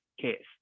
case